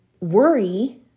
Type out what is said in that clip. worry